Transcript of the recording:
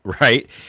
Right